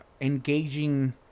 engaging